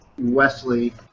Wesley